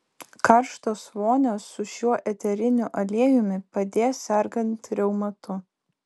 karštos vonios su šiuo eteriniu aliejumi padės sergant reumatu